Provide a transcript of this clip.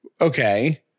Okay